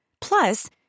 Plus